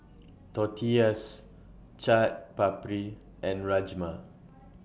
Tortillas Chaat Papri and Rajma